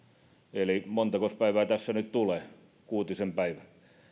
eli montakos päivää tässä nyt tulee kuutisen päivää